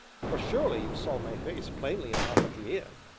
for surely you saw my face plainly enough at the inn.